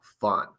fun